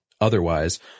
otherwise